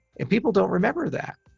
and people don't remember that.